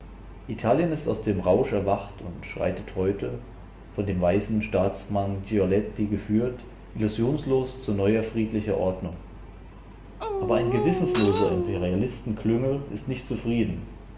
italien ist aus dem rausch erwacht und schreitet heute von dem weisen staatsmann giolitti geführt illusionslos zu neuer friedlicher ordnung aber ein gewissenloser imperialistenklüngel ist nicht zufrieden